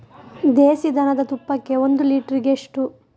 ದೇಸಿ ದನದ ತುಪ್ಪಕ್ಕೆ ಒಂದು ಲೀಟರ್ಗೆ ಎಷ್ಟು?